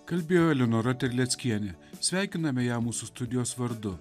kalbėjo eleonora terleckienė sveikiname ją mūsų studijos vardu